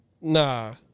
Nah